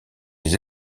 les